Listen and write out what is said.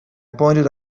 pointed